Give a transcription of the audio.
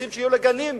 רוצים שיהיו להם גנים,